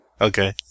Okay